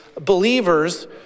believers